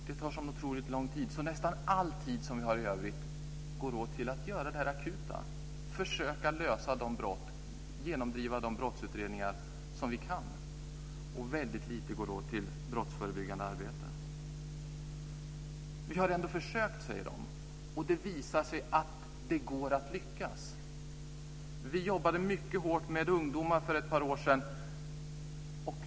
Det tar så otroligt lång tid att nästan all vår övriga tid går åt till att göra det akuta - försöka lösa de brott och genomföra de brottsutredningar som vi kan. Väldigt lite tid går åt till brottsförebyggande arbete. Vi har ändå försökt, sade poliserna, och det visade sig att det går att lyckas. Vi jobbade mycket hårt med ungdomar för ett par år sedan.